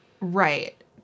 Right